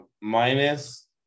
minus